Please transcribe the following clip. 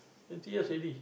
twenty years already